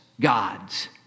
gods